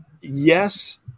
Yes